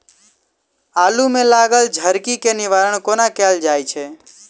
आलु मे लागल झरकी केँ निवारण कोना कैल जाय छै?